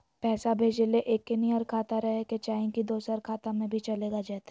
पैसा भेजे ले एके नियर खाता रहे के चाही की दोसर खाता में भी चलेगा जयते?